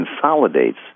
consolidates